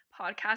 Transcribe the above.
podcast